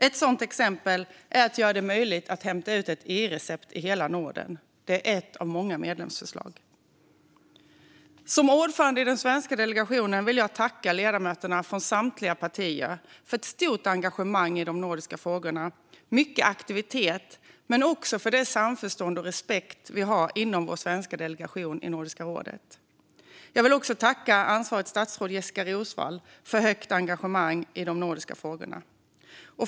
Ett sådant exempel är att göra det möjligt att hämta ut ett e-recept i hela Norden. Det är ett av många medlemsförslag. Som ordförande i den svenska delegationen vill jag tacka ledamöterna från samtliga partier för ett stort engagemang i de nordiska frågorna och mycket aktivitet, men också för det samförstånd och den respekt som vi har inom vår svenska delegation i Nordiska rådet. Jag vill också tacka ansvarigt statsråd Jessika Roswall för ett stort engagemang i de nordiska frågorna. Fru talman!